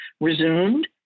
resumed